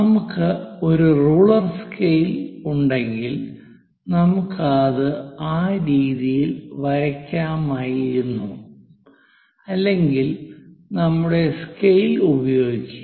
നമുക്ക് ഒരു ruler scale ഉണ്ടെങ്കിൽ നമുക്ക് അത് ആ രീതിയിൽ വരയ്ക്കാമായിരുന്നു അല്ലെങ്കിൽ നമ്മുടെ സ്കെയിൽ ഉപയോഗിക്കുക